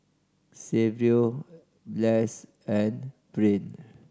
Saverio Blas and Brain